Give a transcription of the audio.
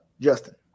Justin